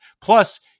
Plus